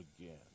again